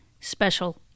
special